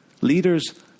leaders